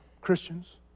Christians